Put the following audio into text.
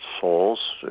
souls